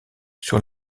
sur